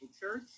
Church